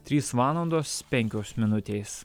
trys valandos penkios minutės